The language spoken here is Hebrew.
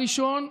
הראשון: